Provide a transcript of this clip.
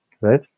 Right